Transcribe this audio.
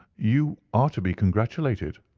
you are to be congratulated,